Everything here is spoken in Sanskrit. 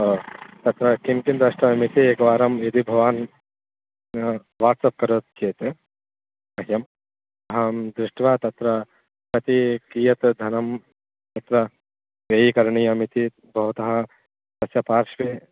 हा तत्र किं किं द्रष्टव्यमिति एकवारं यदि भवान् वट्सप् करोति चेत् मह्यम् अहं दृष्ट्वा तत्र कति कियत् धनं तत्र व्ययीकरणीयमिति भवतः तस्य पार्श्वे